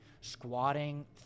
squatting